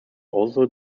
also